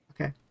Okay